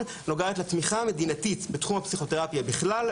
נוגעת לתמיכה המדינתית בתחום הפסיכותרפיה בכלל,